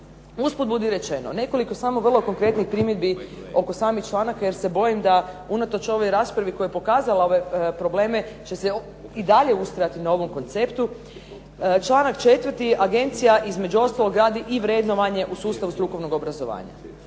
Usput budi rečeno, nekoliko samo vrlo konkretnih primjedbi oko samih članaka jer se bojim da unatoč ovoj raspravi koja je pokazala ove probleme će se i dalje ustrajati na ovom konceptu. Članak 4. agencija između ostalog radi i vrednovanje u sustavu strukovnog obrazovanja.